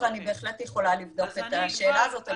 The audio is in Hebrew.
אבל אני בהחלט יכולה לבדוק את השאלה הזאת,